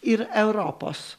ir europos